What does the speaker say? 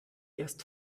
erst